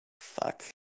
fuck